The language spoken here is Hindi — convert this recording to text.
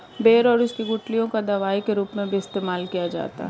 बेर और उसकी गुठलियों का दवाई के रूप में भी इस्तेमाल किया जाता है